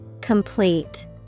Complete